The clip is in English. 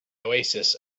oasis